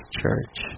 church